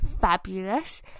fabulous